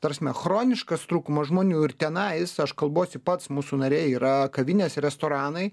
ta prasme chroniškas trūkumas žmonių ir tenais aš kalbuosi pats mūsų nariai yra kavinės restoranai